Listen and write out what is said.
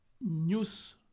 news